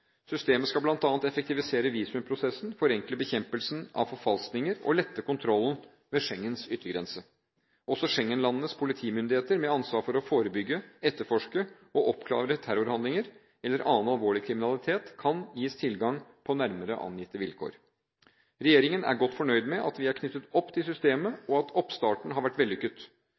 Systemet skal bl.a. effektivisere visumprosessen, forenkle bekjempelsen av forfalskninger og lette kontrollen ved Schengens yttergrense. Også Schengen-landenes politimyndigheter med ansvar for å forebygge, etterforske og oppklare terrorhandlinger eller annen alvorlig kriminalitet kan gis tilgang på nærmere angitte vilkår. Regjeringen er godt fornøyd med at vi er knyttet opp til systemet, og at oppstarten har vært vellykket.